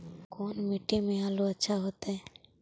कोन मट्टी में आलु अच्छा होतै?